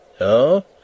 Oh